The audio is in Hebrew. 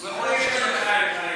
הוא יכול להמשיך לדבר.